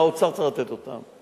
האוצר צריך לתת אותו.